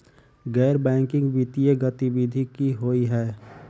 गैर बैंकिंग वित्तीय गतिविधि की होइ है?